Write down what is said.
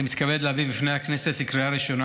אני מתכבד להביא בפני הכנסת לקריאה ראשונה